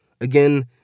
Again